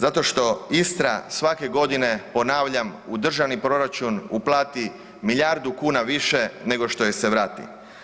Zato što Istra svake godine, ponavljam, u državni proračun uplati milijardu kuna više nego što joj se vrati.